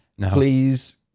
Please